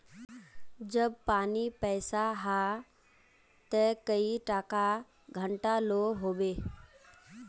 जब पानी पैसा हाँ ते कई टका घंटा लो होबे?